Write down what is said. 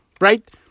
right